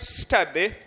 study